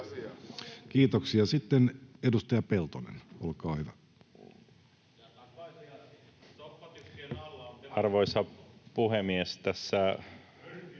Kiitoksia. — Sitten edustaja Peltonen, olkaa hyvä. Arvoisa puhemies!